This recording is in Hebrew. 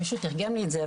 מישהו תרגם לי את זה,